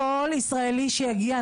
כל ישראלי שיגיע,